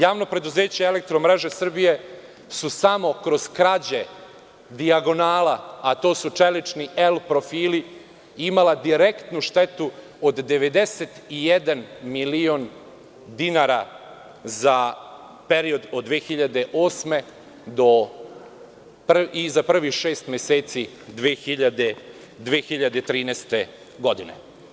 Javno preduzeće „Elektromreže Srbije“ su samo kroz krađe dijagonala, a to su čelični L profili imalo direktnu štetu od 91 milion dinara za period od 2008. i za prvih šest meseci 2013. godine.